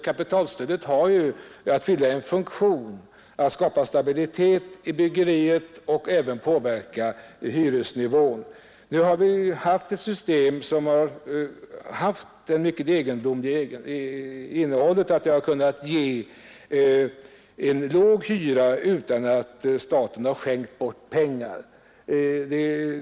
Kapitalstödet skall fylla funktionen att skapa stabilitet i byggeriet och att påverka hyresnivån. Nu har vi haft ett system med den mycket egendomliga egenskapen att kunna ge en låg hyra utan att staten har skänkt bort pengar.